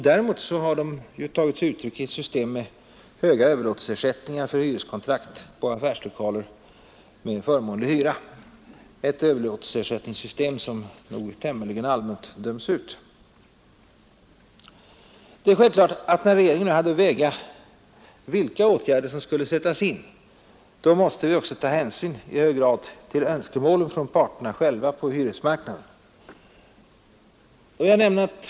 Däremot har de tagit sig uttryck i ett system med höga överlåtelseersättningar för hyreskontrakt på affärslokaler med förmånliga hyror — ett överlåtelsesystem som nog tämligen allmänt döms ut. När regeringen nu hade att väga vilka åtgärder som skulle sättas in måste vi i hög grad ta hänsyn till önskemålen från parterna själva på hyresmarknaden.